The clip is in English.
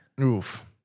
Oof